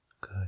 good